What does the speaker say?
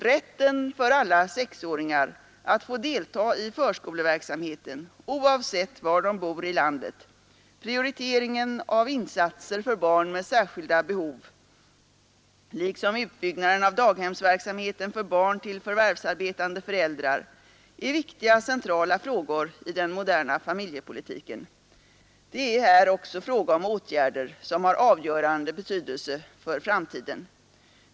Rätten för alla sexåringar att delta i förskoleverksamheten oavsett var de bor i landet, prioriteringen av insatser för barn med särskilda behov liksom utbyggnaden av daghemsverksamheten för barn till förvärvsarbetande föräldrar är viktiga, centrala frågor i den moderna familjepolitiken. Det är här också fråga om åtgärder som har avgörande betydelse för framtiden.